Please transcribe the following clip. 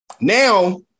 Now